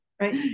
right